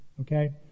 Okay